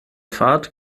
fahrt